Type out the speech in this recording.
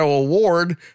Award